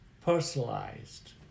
personalized